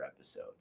episode